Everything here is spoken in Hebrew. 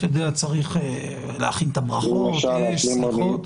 צריך להכין את הברכות ויש שיחות.